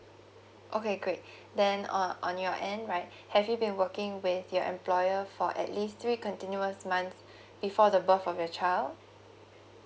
okay great then uh on your end right have you been working with your employer for at least three continuous month before the birth of your child